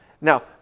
Now